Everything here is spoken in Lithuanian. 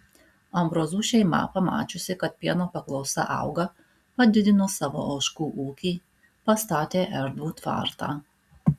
ambrozų šeima pamačiusi kad pieno paklausa auga padidino savo ožkų ūkį pastatė erdvų tvartą